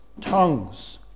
Tongues